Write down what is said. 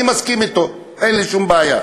אני מסכים אתו, אין לי שום בעיה.